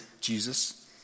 Jesus